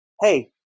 hey